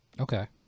Okay